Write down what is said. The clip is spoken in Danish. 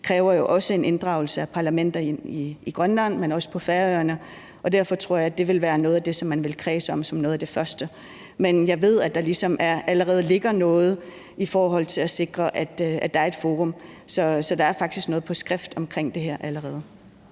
kræver også en inddragelse af parlamenterne i Grønland og på Færøerne, og derfor tror jeg, at det er noget af det, som man vil kredse om som noget af det første. Men jeg ved, at der ligesom allerede ligger noget i forhold til at sikre, at der er et forum, så der er faktisk noget på skrift om det her allerede.